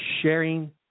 sharing